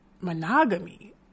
monogamy